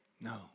No